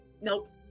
Nope